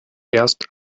erst